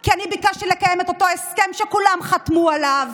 כי אני ביקשתי לקיים את אותו הסכם שכולם חתמו עליו,